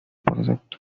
projects